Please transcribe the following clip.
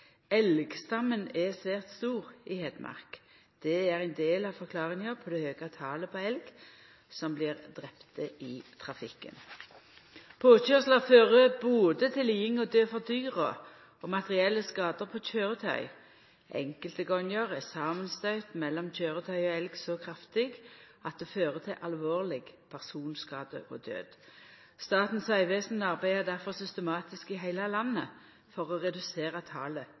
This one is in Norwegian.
er svært stor i Hedmark. Det er ein del av forklaringa på det høge talet på elg som blir drepne i trafikken. Påkøyrslar fører både til liding og død for dyra og til materielle skadar på køyretøy. Enkelte gonger er samanstøyt mellom køyretøy og elg så kraftig at det fører til alvorleg personskade og død. Statens vegvesen arbeider derfor systematisk i heile landet for å redusera talet